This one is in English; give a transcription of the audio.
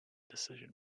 decision